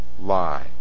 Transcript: lie